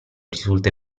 risulta